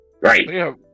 Right